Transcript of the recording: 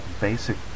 basic